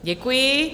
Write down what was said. Děkuji.